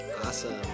Awesome